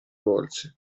volse